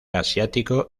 asiático